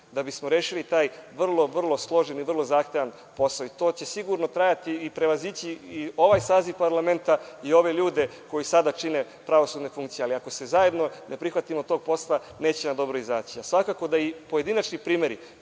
da bismo rešili taj vrlo složeni i zahtevan posao. To će sigurno trajati i prevazići i ovaj saziv parlamenta i ove ljude koji sada čine pravosudne funkcije, ali ako se zajedno ne prihvatimo tog posla neće na dobro izaći. Svakako da i pojedinačni primeri, kao